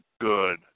good